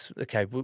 okay